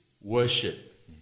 worship